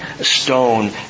stone